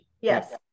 Yes